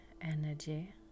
energy